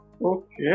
Okay